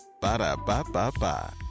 Ba-da-ba-ba-ba